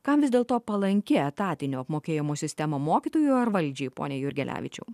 kam vis dėlto palanki etatinio apmokėjimo sistema mokytojui ar valdžiai pone jurgelevičiau